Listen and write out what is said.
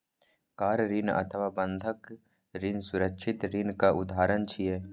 car ऋण अथवा बंधक ऋण सुरक्षित ऋणक उदाहरण छियै